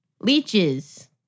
Leeches